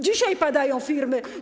Dzisiaj padają firmy.